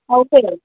out சைட்டர்ஸ்